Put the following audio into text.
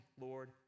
Lord